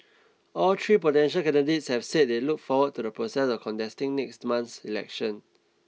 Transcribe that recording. all three potential candidates have said they look forward to the process of contesting next month's election